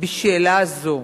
בשאלה זו.